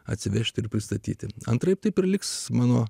atsivežti ir pristatyti antraip taip ir liks mano